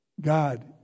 God